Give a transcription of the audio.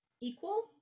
equal